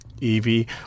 Evie